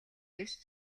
биш